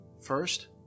First